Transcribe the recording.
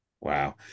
Wow